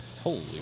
Holy